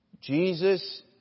Jesus